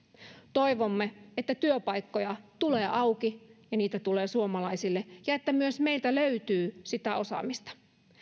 toivomme että työpaikkoja tulee auki että niitä tulee suomalaisille ja että myös meiltä löytyy sitä osaamista